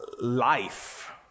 life